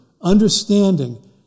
understanding